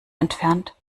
entfernt